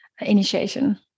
initiation